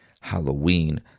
halloween